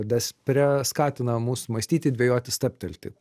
despre skatina mus mąstyti dvejoti stabtelti